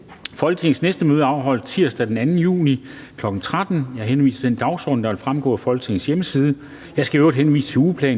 Folketingets næste møde afholdes tirsdag den 2. juni 2020, kl. 13.00. Jeg henviser til den dagsorden, der vil fremgå af Folketingets hjemmeside.